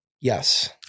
Yes